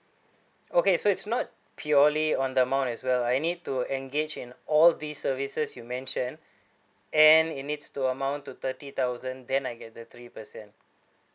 okay so it's not purely on the amount as well I need to engage in all these services you mentioned and it needs to amount to thirty thousand then I get the three percent